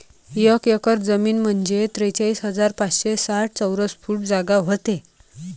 एक एकर जमीन म्हंजे त्रेचाळीस हजार पाचशे साठ चौरस फूट जागा व्हते